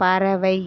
பறவை